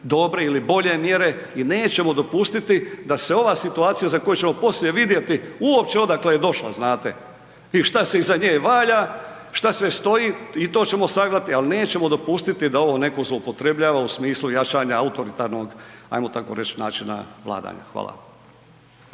dobre ili bolje mjere, i nećemo dopustiti da se ova situacija za koju ćemo poslije vidjeti uopće odakle je došla znate, i šta se iza nje valja, šta sve stoji, i to ćemo sagledati, ali nećemo dopustiti da ovo netko zloupotrebljava u smislu jačanja .../Govornik se ne razumije./... ajmo tako reći načina vladanja. Hvala.